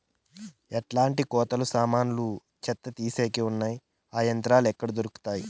ఎట్లాంటి కోతలు సామాన్లు చెత్త తీసేకి వున్నాయి? ఆ యంత్రాలు ఎక్కడ దొరుకుతాయి?